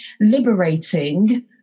liberating